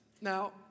Now